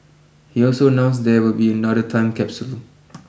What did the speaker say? he also announced there will be another time capsule